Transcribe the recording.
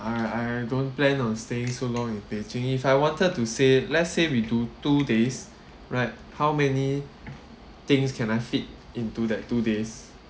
I I don't plan on staying so long in beijing if I wanted to say let's say we do two days right how many things can I fit into that two days